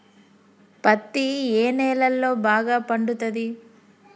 పత్తి ఏ నేలల్లో బాగా పండుతది?